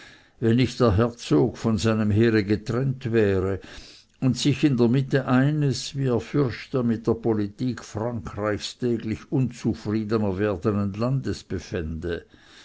wenn nicht der herzog von seinem heere getrennt wäre und sich in der mitte eines wie er fürchte mit der politik frankreichs täglich unzufriedener werdenden